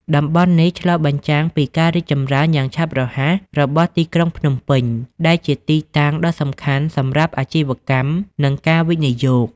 តំបន់នេះឆ្លុះបញ្ចាំងពីការរីកចម្រើនយ៉ាងឆាប់រហ័សរបស់ក្រុងភ្នំពេញ ដែលជាទីតាំងដ៏សំខាន់សម្រាប់អាជីវកម្ម និងការវិនិយោគ។